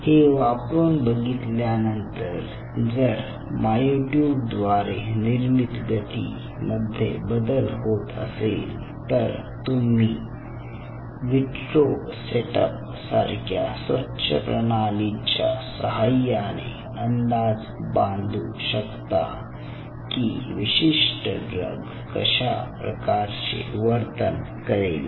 हे वापरून बघितल्या नंतर जर मायोट्यूब द्वारे निर्मित गती मध्ये बदल होत असेल तर तुम्ही विट्रो सेटअप सारख्या स्वच्छ प्रणालीच्या सहाय्याने अंदाज बांधू शकता की विशिष्ट ड्रग कशा प्रकारचे वर्तन करेल